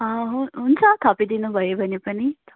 ह हुन्छ थपिदिनु भयो भने पनि